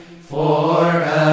forever